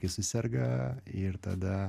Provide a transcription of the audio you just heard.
kai suserga ir tada